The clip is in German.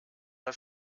das